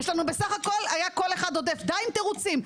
בסף הכול היה קול אחד עודף, די עם התירוצים.